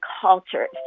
cultures